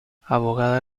abogada